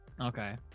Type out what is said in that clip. Okay